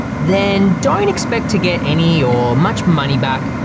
then don't expect to get any or much money back.